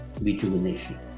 rejuvenation